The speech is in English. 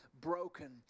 broken